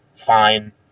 fine